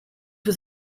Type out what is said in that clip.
was